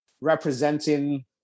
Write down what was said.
representing